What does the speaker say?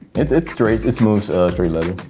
it's it's straight, it's smooth straight leather.